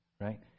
Right